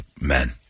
men